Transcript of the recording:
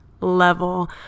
level